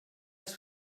els